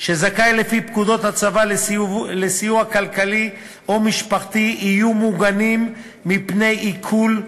שזכאי לפי פקודות הצבא לסיוע כלכלי או משפחתי יהיו מוגנים מפני עיקול,